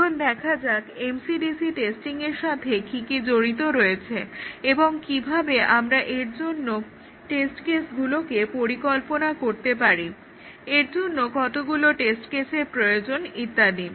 এখন দেখা যাক MCDC টেস্টিংয়ের সাথে কি কি জড়িত রয়েছে এবং কিভাবে আমরা এর জন্য টেস্ট কেসগুলোকে পরিকল্পনা করতে পারি এর জন্য কতগুলো টেস্ট কেসের প্রয়োজন ইত্যাদি